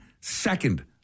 second